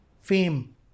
fame